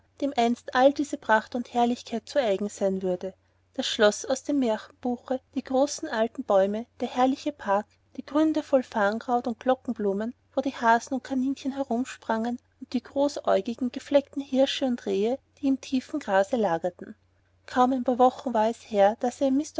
dem einst all diese pracht und herrlichkeit zu eigen sein würde das schloß aus dem märchenbuche die großen alten bäume der herrliche park die gründe voll farnkraut und glockenblumen wo die hasen und kaninchen umhersprangen und die großäugigen gefleckten hirsche und rehe die im tiefen grase lagerten kaum ein paar wochen war es her daß er